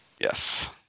Yes